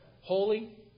holy